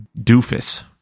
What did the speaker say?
doofus